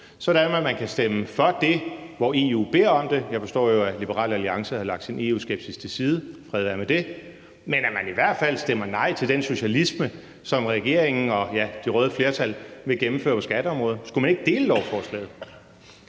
sådan at man kan stemme for det, som EU beder om – jeg forstår jo, at Liberal Alliance har lagt sin EU-skepsis til side, fred være med det – men at man i hvert fald stemmer nej til den socialisme, som regeringen og det røde flertal vil gennemføre på skatteområdet? Skulle man ikke dele lovforslaget?